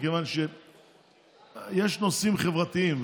מכיוון שיש נושאים חברתיים,